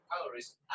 calories